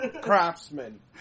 Craftsman